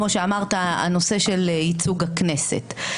כמו שאמרת, הנושא של ייצוג הכנסת.